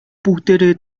бүгдээрээ